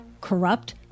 corrupt